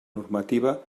normativa